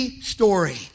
story